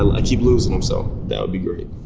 i keep losing em, so that would be great.